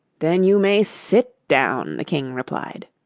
then you may sit down the king replied.